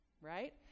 Right